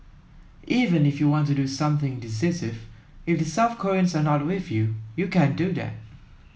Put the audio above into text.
even if you want to do something decisive if the South Koreans are not with you you can't do that